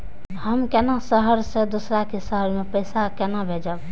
हम केना शहर से दोसर के शहर मैं पैसा केना भेजव?